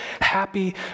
happy